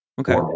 Okay